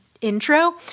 intro